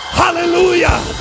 hallelujah